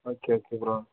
okay okay bro